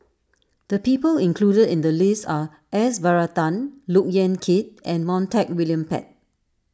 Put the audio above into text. the people included in the list are S Varathan Look Yan Kit and Montague William Pett